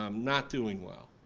um not doing well.